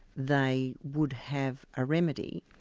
they would have a remedy.